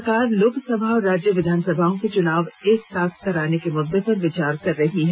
सरकार लोकसभा और राज्य विधानसभाओं के चुनाव एक साथ कराने के मुद्दे पर विचार केंद्र कर रही है